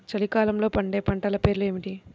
చలికాలంలో పండే పంటల పేర్లు ఏమిటీ?